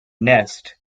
nest